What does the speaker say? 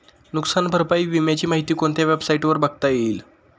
नुकसान भरपाई विम्याची माहिती कोणत्या वेबसाईटवर बघता येईल?